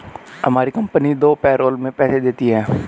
हमारी कंपनी दो पैरोल में पैसे देती है